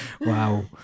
Wow